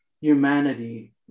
humanity